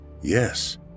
yes